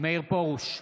מאיר פרוש,